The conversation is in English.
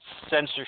censorship